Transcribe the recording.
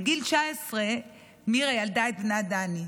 בגיל 19 מירה ילדה את בנה דני.